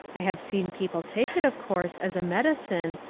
i have seen people take it, of course, as a medicine,